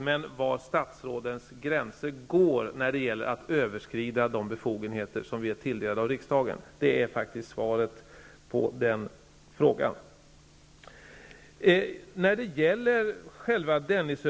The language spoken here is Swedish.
Men var statsrådens gränser går när det gäller att överskrida de befogenheter som vi är tilldelade av riksdagen är faktiskt svaret på denna fråga.